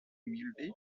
humilde